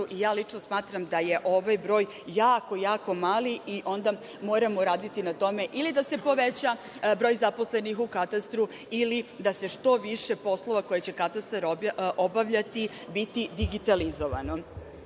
lično smatram da je ovoj broj jako, jako mali i onda moramo raditi na tome ili da se poveća broj zaposlenih u Katastru ili da se što više poslova koje će Katastar obavljati biti digitalizovano. Kada